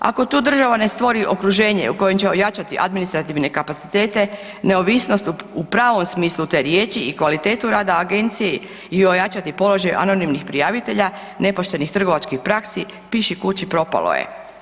Ako tu država ne stvori okruženje u kojem će ojačati administrativne kapacitete, neovisnost u pravom smislu te riječi i kvalitetu rada agencije i ojačati položaj anonimnih prijavitelja nepoštenih trgovačkih praksi „piši kući propalo je“